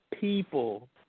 people